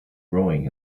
growing